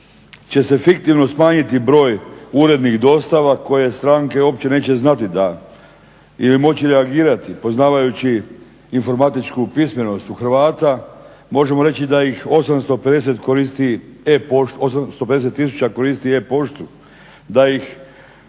će se fiktivno smanjiti broj urednih dostava koje stranke uopće neće znati da ili moći reagirati. Poznavajući informatičku pismenost u Hrvata, možemo reći da ih 850 tisuća koristi e-poštu, da ih